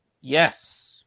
Yes